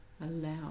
allow